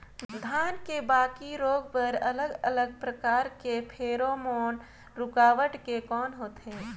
धान के बाकी रोग बर अलग अलग प्रकार के फेरोमोन रूकावट के कौन होथे?